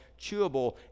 chewable